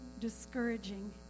discouraging